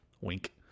Wink